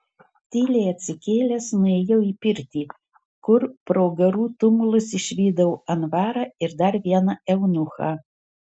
tyliai atsikėlęs nuėjau į pirtį kur pro garų tumulus išvydau anvarą ir dar vieną eunuchą